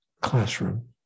classroom